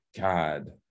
God